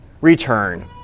return